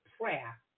prayer